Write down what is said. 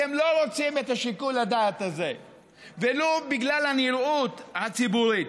אתם לא רוצים את שיקול הדעת הזה ולו בגלל הנראות הציבורית,